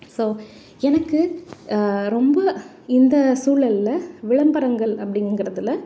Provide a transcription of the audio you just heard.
so எனக்கு ரொம்ப இந்த சூழல்ல விளம்பரங்கள் அப்படிங்கிறதுல